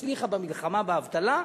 היא הצליחה במלחמה באבטלה,